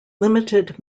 limited